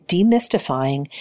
Demystifying